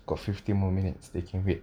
got fifty more minutes they can wait